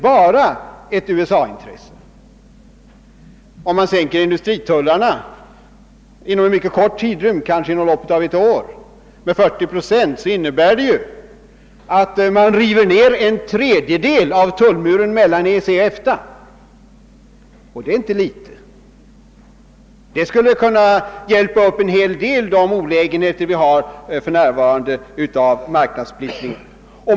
Men om man sänker industritullarna inom en mycket kort tidrymd, kanske inom loppet av ett år, med 40 procent, så innebär detta också att man river ner en tredjedel av tullmuren mellan EEC och EFTA, och det är inte litet. Det skulle avlägsna en hel del av de olägenheter som vi har för närvarande på grund av marknadssplittringen.